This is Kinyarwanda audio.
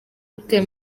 utuye